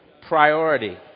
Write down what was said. priority